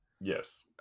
Yes